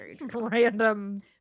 Random